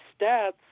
stats